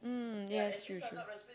mm yes true true